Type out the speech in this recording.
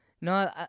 No